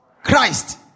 Christ